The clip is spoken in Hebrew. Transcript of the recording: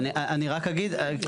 אני רק אגיד.